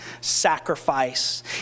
sacrifice